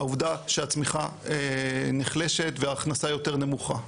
העובדה שהצמיחה נחלשת וההכנסה יותר נמוכה.